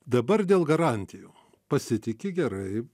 dabar dėl garantijų pasitiki gerai